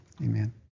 amen